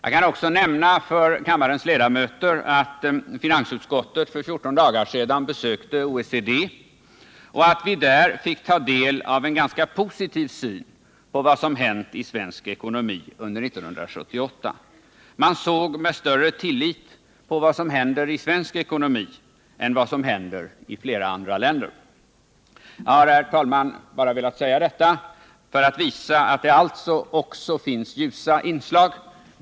Jag kan också nämna för kammarens ledamöter att finansutskottet för 14 dagar sedan besökte OECD och att vi där fick ta del av en ganska positiv syn på vad som hänt i svensk ekonomi under 1978. Man såg med större tillit på vad som händer i svensk ekonomi än på vad som händer i flera andra länder. Herr talman! Jag har bara velat säga detta för att visa att det också finns ljusa inslag.